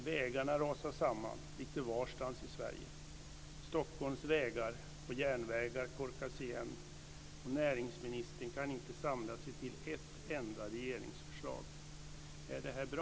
Vägarna rasar samman lite varstans i Sverige. Stockholms vägar och järnvägar korkas igen, och näringsministern kan inte samla sig till ett enda regeringsförslag. Är detta bra?